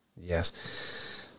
yes